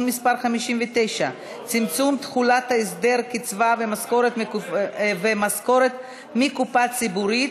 מס' 59) (צמצום תחולת הסדר קצבה ומשכורת מקופה ציבורית),